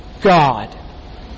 God